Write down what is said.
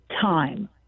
time